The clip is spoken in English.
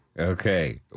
Okay